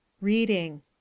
Reading